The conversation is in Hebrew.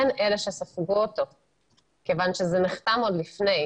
הן אלה שספגו אותו כיוון שזה נחתם עוד לפני.